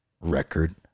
record